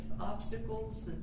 obstacles